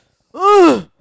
ugh